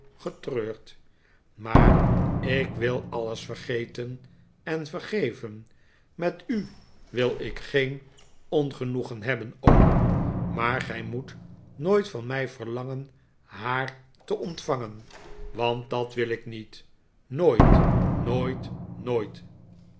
getreurd maar ik wil alles vergeten en vergeven met u wil ik geen ongenoegen hebben oom maar gij moet nooit van mij verlangen haar te ontvangen want dat wil ik niet nooit nooit nooit